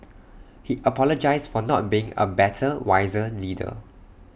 he apologised for not being A better wiser leader